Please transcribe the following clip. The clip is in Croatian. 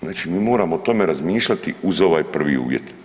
Znači mi moramo o tome razmišljati uz ovaj prvi uvjet.